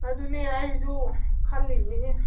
ꯑꯗꯨꯅꯦ ꯑꯩꯁꯨ ꯈꯜꯂꯤꯕꯅꯤꯅꯦ